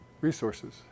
resources